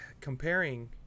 comparing